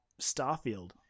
Starfield